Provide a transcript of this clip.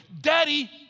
Daddy